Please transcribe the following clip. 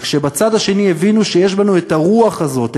וכשבצד השני הבינו שיש בנו את הרוח הזאת,